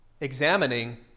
examining